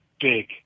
big